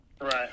Right